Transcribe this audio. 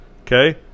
Okay